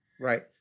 Right